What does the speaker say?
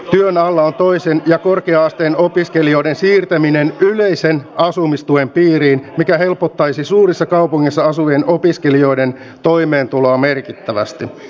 työn alla on toisen ja korkea asteen opiskelijoiden siirtäminen yleisen asumistuen piiriin mikä helpottaisi suurissa kaupungeissa asuvien opiskelijoiden toimeentuloa merkittävästi